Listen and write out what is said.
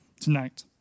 tonight